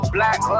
Black